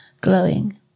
glowing